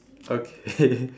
okay